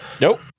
nope